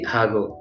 Hago